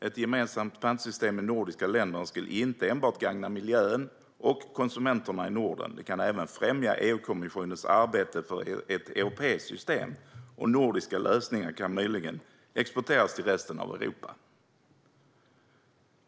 Ett gemensamt pantsystem i de nordiska länderna skulle inte enbart gagna miljön och konsumenterna i Norden utan även främja EU-kommissionens arbete för ett europeiskt system. Nordiska lösningar kan möjligen exporteras till resten av Europa.